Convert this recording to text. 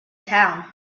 town